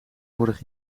vorig